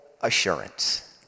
assurance